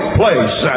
place